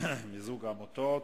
כבוד לחללי מלחמת הקוממיות,